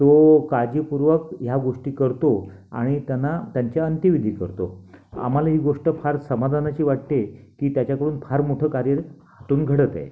तो काळजीपूर्वक ह्या गोष्टी करतो आणि त्यांना त्यांच्या अंत्यविधी करतो आम्हाला ही गोष्ट फार समाधानाची वाटते की त्याच्याकडून फार मोठं कार्य हातून घडत आहे